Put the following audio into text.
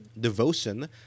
Devotion